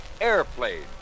airplane